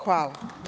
Hvala.